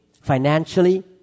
financially